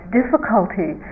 difficulty